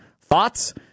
thoughts